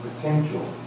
potential